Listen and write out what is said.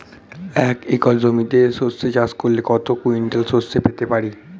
এক একর জমিতে সর্ষে চাষ করলে কত কুইন্টাল সরষে পেতে পারি?